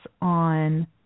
on